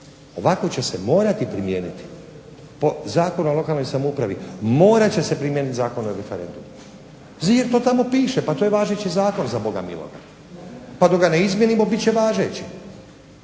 Ovako će se morati primijeniti po Zakonu o lokalnoj samoupravi morat će se primijeniti Zakon o referendumu, jer to tamo piše, pa to je važeći zakon za boga miloga, pa dok ga ne izmijenimo bit će važeći.